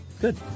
Good